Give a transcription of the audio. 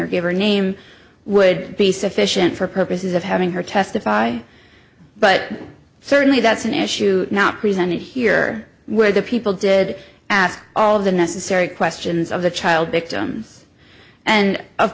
her give her name would be sufficient for purposes of having her testify but certainly that's an issue not presented here where the people did ask all of the necessary questions of the child victims and of